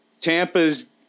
Tampa's